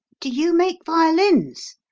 do you make violins?